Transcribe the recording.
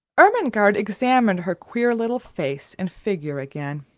ermengarde examined her queer little face and figure again.